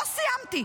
לא סיימתי.